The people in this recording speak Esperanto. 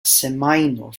semajno